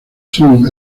son